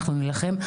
אנחנו נילחם.